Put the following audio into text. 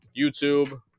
youtube